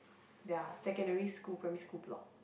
their secondary school primary school blog